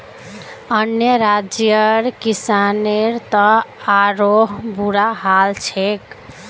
अन्य राज्यर किसानेर त आरोह बुरा हाल छेक